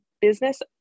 business